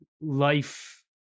life